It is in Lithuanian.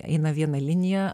eina viena linija